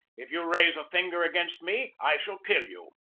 if you raise a finger against me i shall kill you.